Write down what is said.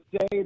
say